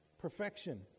perfection